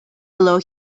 below